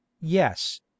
yes